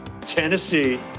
Tennessee